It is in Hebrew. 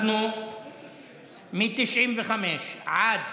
מ-95 עד